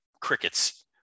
crickets